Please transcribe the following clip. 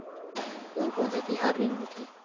कोन कौन से तिहार ऋण होथे?